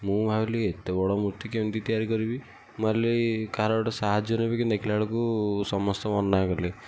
ମୁ ଭାବିଲି ଏତେ ବଡ଼ ମୂର୍ତ୍ତି କେମିତି ତିଆରି କରିବି ମୁଁ ଭାବିଲି କାହାର ଗୋଟେ ସାହାଯ୍ୟ ନେବି କିନ୍ତୁ ଦେଖିଲା ବେଳକୁ ସମସ୍ତେ ମନା କଲେ